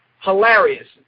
Hilarious